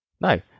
no